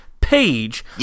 page